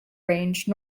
range